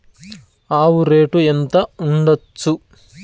ఆవు రేటు ఎంత ఉండచ్చు?